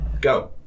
Go